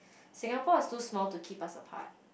Singapore is too small too keep us apart